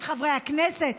את חברי הכנסת.